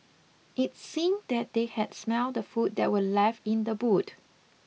it seemed that they had smelt the food that were left in the boot